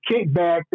kickback